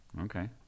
Okay